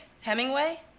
Hemingway